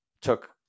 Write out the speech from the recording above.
took